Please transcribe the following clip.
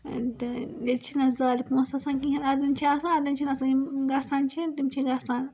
تہٕ ییٚتہِ چھِنہٕ زیادٕ پۅنٛسہٕ آسان کِہیٖنٛۍ اڈٮ۪ن چھِ آسان اَڈٮ۪ن چھِنہٕ آسان یِم گَژھان چھِ تِم چھِنہٕ گَژھان